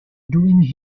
doing